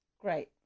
Great